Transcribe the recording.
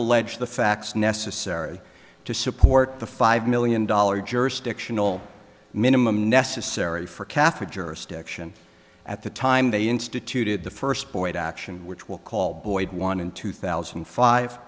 alleged the facts necessary to support the five million dollars jurisdictional minimum necessary for catholic jurisdiction at the time they instituted the first point action which will call boy one in two thousand